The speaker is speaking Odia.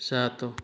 ସାତ